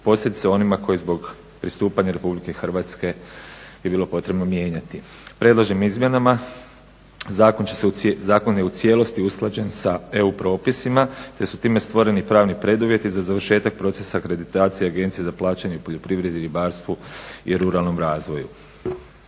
posebice onima koji zbog pristupanja RH je bilo potrebno mijenjati. Predloženim izmjenama zakon je u cijelosti usklađen sa EU propisima, te su time stvoreni pravni preduvjeti za završetak procesa akreditacije Agencije za plaćanje poljoprivredi, ribarstvu i ruralnom razvoju.